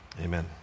Amen